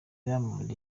diamond